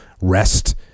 rest